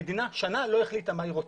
המדינה שנה לא החליטה מה היא רוצה.